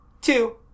Two